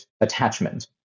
attachment